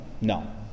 No